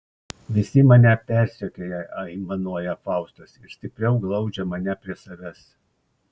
visi mane persekioja aimanuoja faustas ir stipriau glaudžia mane prie savęs